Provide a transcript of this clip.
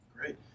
Great